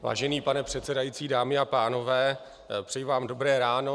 Vážený pane předsedající, dámy a pánové, přeji vám dobré ráno.